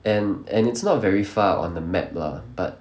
and and it's not very far on the map lah but